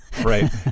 Right